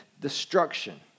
destruction